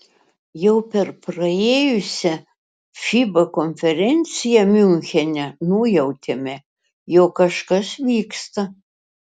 jau per praėjusią fiba konferenciją miunchene nujautėme jog kažkas vyksta